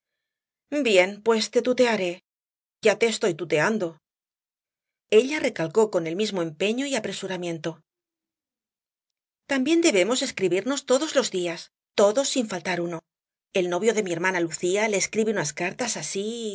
bien pues te tutearé ya te estoy tuteando ella recalcó con el mismo empeño y apresuramiento también debemos escribirnos todos los días todos sin faltar uno el novio de mi hermana lucía le escribe unas cartas así